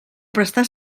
prestar